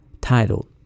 titled